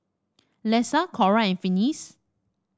Lesa Cora and Finis